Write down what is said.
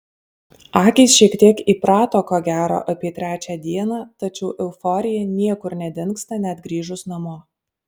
akys šiek tiek įprato ko gero apie trečią dieną tačiau euforija niekur nedingsta net grįžus namo